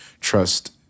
trust